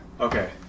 Okay